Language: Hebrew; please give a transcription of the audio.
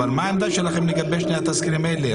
אבל מה העמדה שלכם לגבי שני התזכירים האלה?